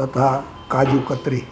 તથા કાજુકત્રી